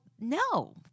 No